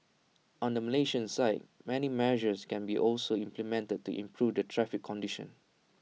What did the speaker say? on the Malaysian side many measures can be also implemented to improve the traffic conditions